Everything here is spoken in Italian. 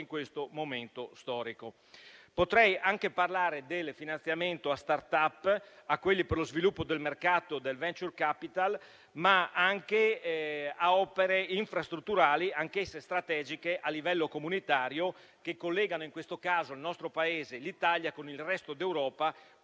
momento storico. Potrei anche parlare del finanziamento a *start up* per lo sviluppo del mercato del *venture capital*, ma anche a opere infrastrutturali anch'esse strategiche a livello comunitario e che collegano in questo caso il nostro Paese con il resto d'Europa,